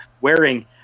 wearing